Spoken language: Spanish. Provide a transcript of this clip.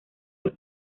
los